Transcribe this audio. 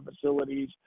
facilities